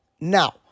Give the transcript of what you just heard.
Now